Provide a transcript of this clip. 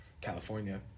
California